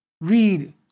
read